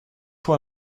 toi